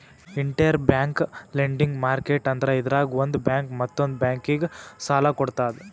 interbank lending market ಅಂದ್ರ ಇದ್ರಾಗ್ ಒಂದ್ ಬ್ಯಾಂಕ್ ಮತ್ತೊಂದ್ ಬ್ಯಾಂಕಿಗ್ ಸಾಲ ಕೊಡ್ತದ್